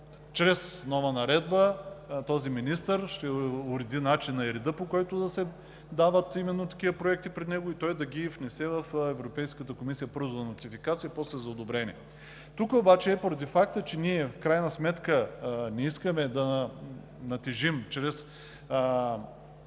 чрез нова наредба министърът ще уреди начина и реда, по които да се дават такива проекти при него, а той да ги внесе в Европейската комисия първо за нотификация, после за одобрение. Тук обаче, поради факта че ние в крайна сметка не искаме да натежим чрез